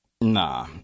Nah